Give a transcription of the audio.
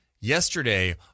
yesterday